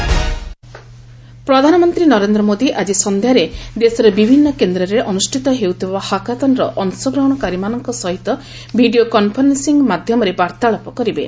hackathon ପ୍ରଧାନମନ୍ତ୍ରୀ ନରେନ୍ଦ୍ର ମୋଦି ଆଜି ସନ୍ଧ୍ୟାରେ ଦେଶର ବିଭିନ୍ନ କେନ୍ଦ୍ରରେ ଅନୁଷ୍ଠିତ ହେଉଥିବା ହାକାଥନର ଅଂଶଗ୍ରହଣକାରୀମାନଙ୍କ ସହିତ ଭିଡ଼ିଓ କନ୍ଫରେନ୍ସିଂ ମାଧ୍ୟମରେ ବାର୍ତ୍ତାଳାପ କରିବେ